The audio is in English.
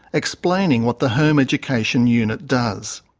explaining what the home education unit does.